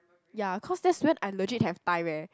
ya cause that's when I legit have time eh